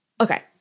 okay